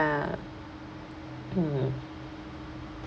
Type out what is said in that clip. mm